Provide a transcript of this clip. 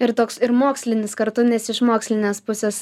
ir toks ir mokslinis kartu nes iš mokslinės pusės